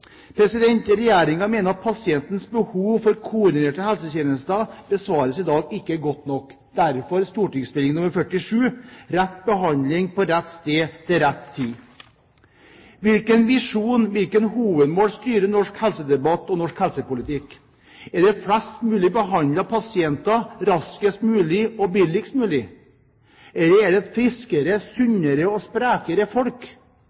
mener at pasientens behov for koordinerte helsetjenester ikke besvares godt nok i dag. Derfor kommer St.meld. nr. 47, Rett behandling – på rett sted – til rett tid. Hvilken visjon, hvilket hovedmål, styrer norsk helsedebatt og norsk helsepolitikk? Er det flest mulig behandlede pasienter raskest mulig og billigst mulig? Eller er det et friskere, sunnere og sprekere folk?